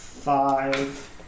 five